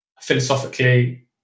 philosophically